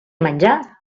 menjar